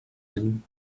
than